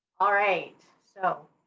alright, so